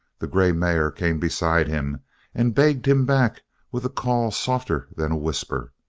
the grey mare came beside him and begged him back with a call softer than a whisper,